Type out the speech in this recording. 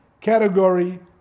category